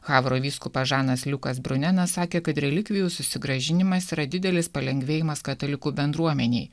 havro vyskupas žanas liukas brunenas sakė kad relikvijų susigrąžinimas yra didelis palengvėjimas katalikų bendruomenei